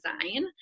design